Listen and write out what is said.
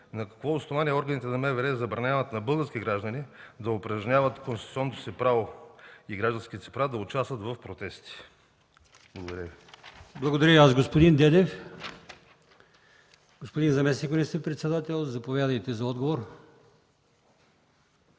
На какво основание органите на МВР забраняват на български граждани да упражняват конституционното си право и гражданските си права да участват в протести? Благодаря Ви. ПРЕДСЕДАТЕЛ АЛИОСМАН ИМАМОВ: Благодаря и аз, господин Дедев. Господин заместник министър-председател, заповядайте за отговор.